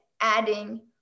adding